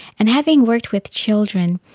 and having worked with children